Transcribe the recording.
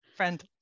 friend